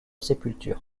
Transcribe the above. sépulture